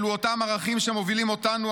אלו אותם ערכים שמובילים אותנו,